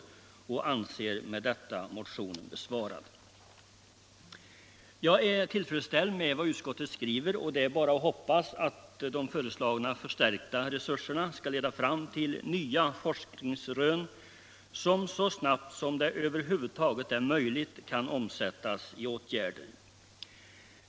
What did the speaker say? Med detta anser utskottet motionen besvarad. Jag är tillfredsställd med vad utskottet skriver, och det är bara att hoppas att de föreslagna förstärkta resurserna skall leda fram till nya forskningsrön, som så snabbt som det över huvud taget är möjligt kan omsättas i åtgärder.